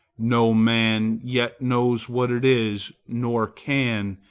no man yet knows what it is, nor can,